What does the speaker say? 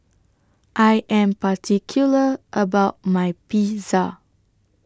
I Am particular about My Pizza